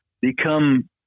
become